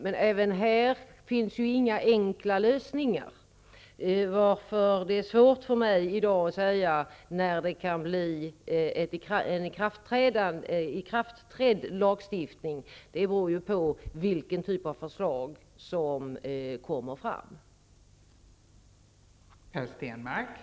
Men inte heller här finns några enkla lösningar, varför det är svårt för mig att i dag säga när den nya lagstiftningen kan träda i kraft -- det beror på vilken typ av förslag som ställs.